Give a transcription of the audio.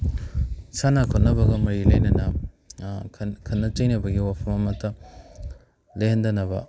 ꯁꯥꯟꯅ ꯈꯣꯠꯅꯕꯒ ꯃꯔꯤ ꯂꯩꯅꯅ ꯈꯠꯅ ꯆꯩꯅꯕꯒꯤ ꯋꯥꯐꯝ ꯑꯃꯠꯇ ꯂꯩꯍꯟꯗꯅꯕ